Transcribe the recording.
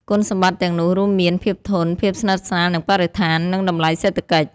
គុណសម្បត្តិទាំងនោះរួមមាន ភាពធន់ ភាពស្និទ្ធស្នាលនឹងបរិស្ថាន និងតម្លៃសេដ្ឋកិច្ច។